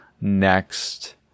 next